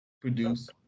produce